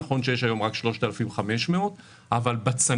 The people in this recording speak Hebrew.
נכון שיש היום רק 3,500 אבל בצנרת